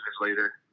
later